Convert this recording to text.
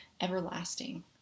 everlasting